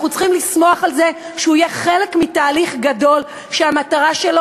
אנחנו צריכים לשמוח על זה שהוא יהיה חלק מתהליך גדול שהמטרה שלו